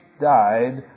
died